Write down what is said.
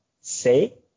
say